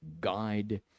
guide